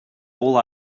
all